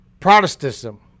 Protestantism